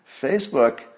Facebook